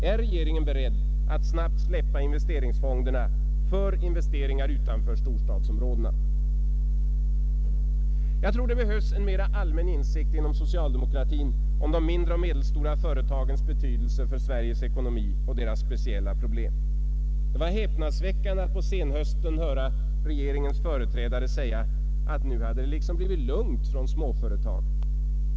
Är regeringen beredd att snabbt släppa investeringsfonderna för investeringar utanför storstadsområdena? Jag tror det behövs en mera allmän insikt inom socialdemokratin om de mindre och medelstora företagens betydelse för Sveriges ekonomi och förståelse för deras speciella problem. Det var häpnadsväckande att på senhösten höra regeringens företrädare säga, att nu hade det liksom blivit lugnt från småföretagen.